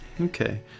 Okay